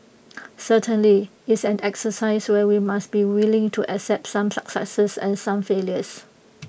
certainly it's an exercise where we must be willing to accept some successes and some failures